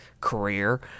career